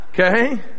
okay